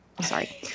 Sorry